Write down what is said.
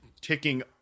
ticking